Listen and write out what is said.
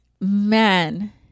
man